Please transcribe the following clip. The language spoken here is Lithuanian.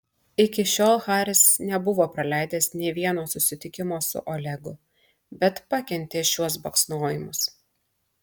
iki šiol haris nebuvo praleidęs nė vieno susitikimo su olegu bet pakentė šiuos baksnojimus